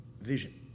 vision